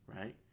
right